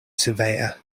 surveyor